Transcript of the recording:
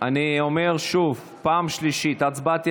אני אומר שוב, פעם שלישית: ההצבעה